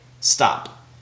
stop